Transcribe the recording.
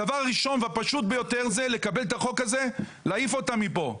הדבר הראשון והפשוט ביותר זה לקבל את החוק הזה להעיף אותם מפה,